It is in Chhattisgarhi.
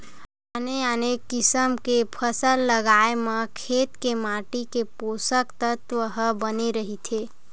आने आने किसम के फसल लगाए म खेत के माटी के पोसक तत्व ह बने रहिथे